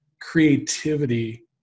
creativity